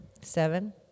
Seven